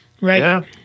Right